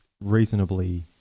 reasonably